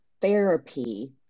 therapy